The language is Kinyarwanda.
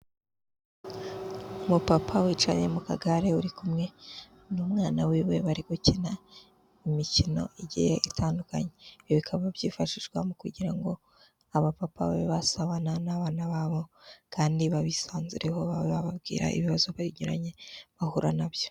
Umupapa wicaye mu kagare, uri kumwe n'umwana wiwe, bari gukina imikino itandukanye, ibi bikaba byifashishwa mu kugira ngo abapapa babe basabana n'abana babo, kandi babisanzureho babe babwira ibibazo begeranye, bahura nabyo.